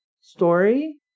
story